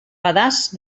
pedaç